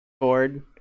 board